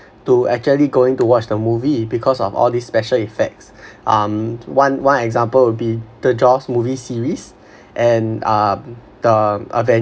to actually going to watch the movie because of all the special effects um one one example would be the jaws movie series and um the avengers